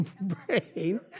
brain